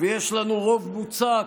ויש לנו רוב מוצק,